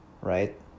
right